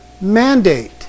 mandate